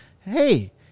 hey